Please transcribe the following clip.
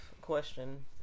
question